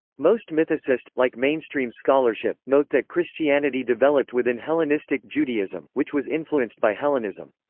most mythicists, like mainstream scholarship, note that christianity developed within hellenistic judaism, which was influenced by hellenism.